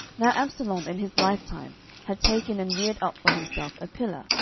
now absalom in his lifetime had taken and reared up for himself a pillar,